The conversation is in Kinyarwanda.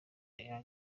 young